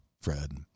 Fred